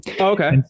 Okay